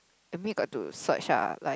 I mean got to search lah like